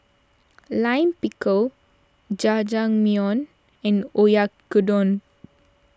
Lime Pickle Jajangmyeon and Oyakodon